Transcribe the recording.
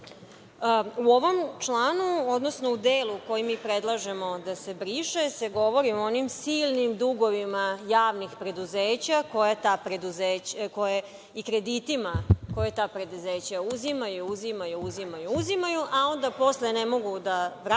U ovom članu, odnosno u delu koji mi predlažemo da se briše se govori o onim silnim dugovima javnih preduzeća i kreditima koje ta preduzeća uzimaju, uzimaju, uzimaju, a onda posle ne mogu da vrate